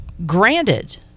granted